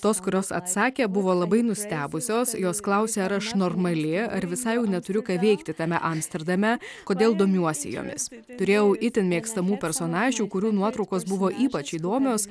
tos kurios atsakė buvo labai nustebusios jos klausė ar aš normali ar visai jau neturiu ką veikti tame amsterdame kodėl domiuosi jomis turėjau itin mėgstamų personažių kurių nuotraukos buvo ypač įdomios